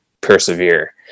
persevere